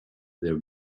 their